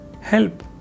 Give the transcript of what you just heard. help